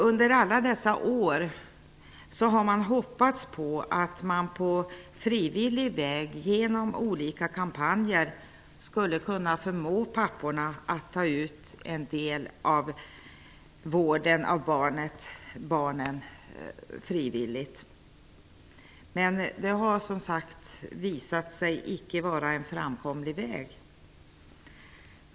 Under alla åren sedan dess har man hoppats på att man på frivillig väg genom olika kampanjer skulle kunna förmå papporna att på detta sätt ta en del av vården av barnen. Men det har, som sagt, visat sig vara en icke framkomlig väg.